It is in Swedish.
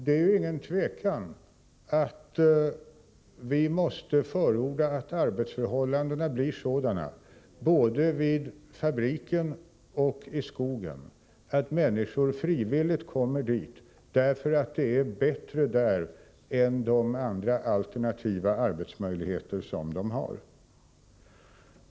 Det är ju ingen tvekan om att vi måste förorda att arbetsförhållandena skall bli sådana — både vid fabriken och i skogen — att människor frivilligt kommer dit, därför att det är bättre där än när det gäller de alternativa arbetsmöjligheter som finns.